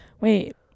wait